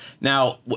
Now